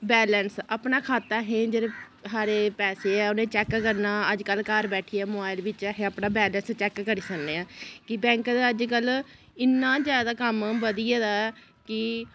balance अपना खाता च जेह्ड़े पैसे ऐ उ'नेंगी चैक करना अज्जकल घर बैठिये मोबाइल बिच्च अस बैलेंस चैक करी सकने आं केह् बैंक दा अज्जकल इ'न्ना जैदा कम्म बधी गेदा ऐ कि